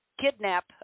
kidnap